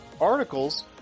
articles